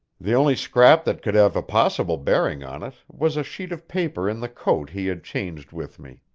the only scrap that could have a possible bearing on it was a sheet of paper in the coat he had changed with me.